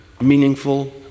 meaningful